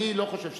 אני לא חושב שצריך.